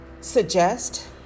suggest